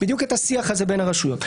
אותו דבר לגבי הרוב המיוחס לצורך פסילת חוקים.